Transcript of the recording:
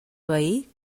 veí